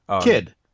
kid